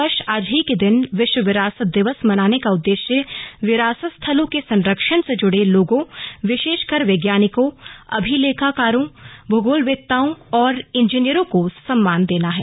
हर वर्ष आज ही के दिन विश्व विरासत दिवस मनाने का उद्देश्य विरासत स्थलों के संरक्षण से जुड़े लोगों विशेषकर वैज्ञानिकों अभिलेखाकारों भूगोलवेत्ताओं और इंजीनियरों को सम्मान देना है